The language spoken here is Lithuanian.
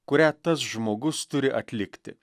kurią tas žmogus turi atlikti